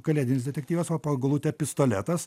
kalėdinis detektyvas o po eglute pistoletas